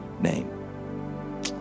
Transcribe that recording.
name